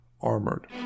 Armored